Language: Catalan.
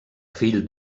fill